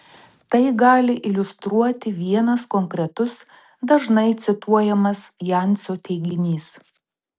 tai gali iliustruoti vienas konkretus dažnai cituojamas jancio teiginys